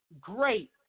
great